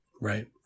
Right